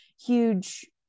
huge